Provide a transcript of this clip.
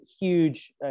huge